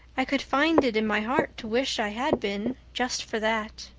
i could find it in my heart to wish i had been, just for that.